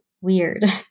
weird